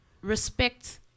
respect